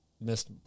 missed